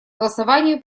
голосовании